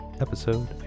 episode